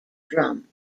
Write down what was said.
drum